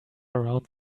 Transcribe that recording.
around